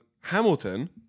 Hamilton